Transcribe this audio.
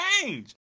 change